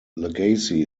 legacy